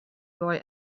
boy